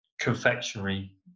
confectionery